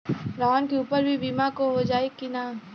वाहन के ऊपर भी बीमा हो जाई की ना?